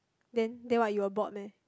then then what you will bored meh